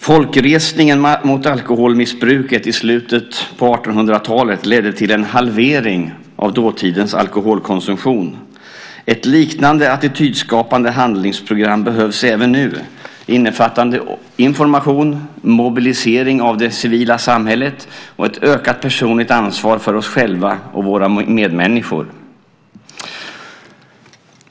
Folkresningen mot alkoholmissbruket i slutet av 1800-talet ledde till en halvering av dåtidens alkoholkonsumtion. Ett liknande attitydskapande handlingsprogram behövs även nu innefattande information, mobilisering av det civila samhället och ett ökat personligt ansvar för oss själva och våra medmänniskor.